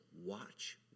watch